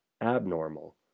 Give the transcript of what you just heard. abnormal